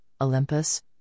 Olympus